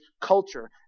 culture